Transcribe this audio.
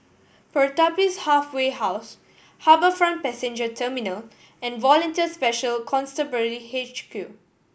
Pertapis Halfway House HarbourFront Passenger Terminal and Volunteer Special Constabulary H Q